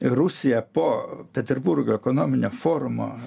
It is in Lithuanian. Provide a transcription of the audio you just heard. rusija po peterburgo ekonominio forumo